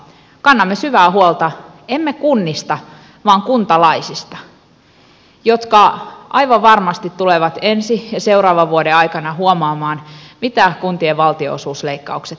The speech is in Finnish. kannamme syvää huolta emme kunnista vaan kuntalaisista jotka aivan varmasti tulevat ensi ja seuraavan vuoden aikana huomaamaan mitä kuntien valtionosuusleikkaukset tarkoittavat